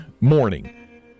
morning